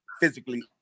physically